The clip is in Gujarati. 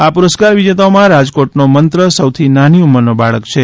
આ પુરસ્કાર વિજેતાઓમાં રાજકોટનો મંત્ર સૌથી નાની ઉંમરનો બાળક છે